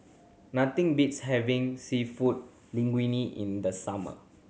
nothing beats having Seafood Linguine in the summer